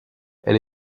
elle